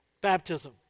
baptism